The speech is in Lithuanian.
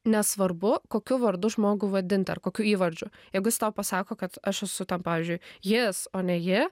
nesvarbu kokiu vardu žmogų vadinti ar kokiu įvardžiu jeigu jis tau pasako kad aš esu ten pavyzdžiui jis o ne ji